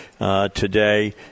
today